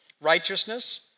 righteousness